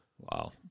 wow